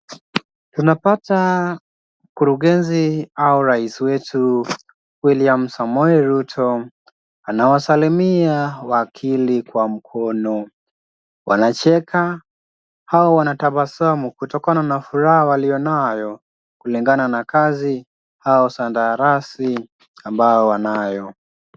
Tunapata mkurugenzi au rais wetu, William Samoei Ruto anawasalimia wakili kwa mkono, wanacheka au wanatabasamu kutokana na furaha waliyonayo kulingana na kazi au kandarasi ambayo wanayo.